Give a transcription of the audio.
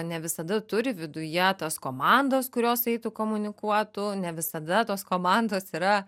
ne visada turi viduje tas komandas kurios eitų komunikuotų ne visada tos komandos yra